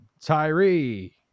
tyree